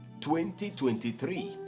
2023